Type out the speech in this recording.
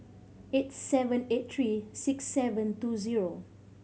eight seven eight three six seven two zero